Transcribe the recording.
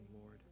Lord